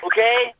Okay